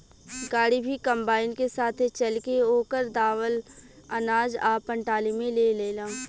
गाड़ी भी कंबाइन के साथे चल के ओकर दावल अनाज आपना टाली में ले लेला